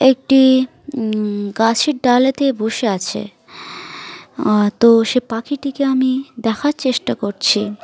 একটি গাছের ডালেতে বসে আছে তো সে পাখিটিকে আমি দেখার চেষ্টা করছি